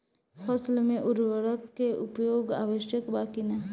फसल में उर्वरक के उपयोग आवश्यक बा कि न?